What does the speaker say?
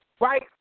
right